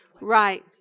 right